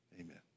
amen